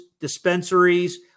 dispensaries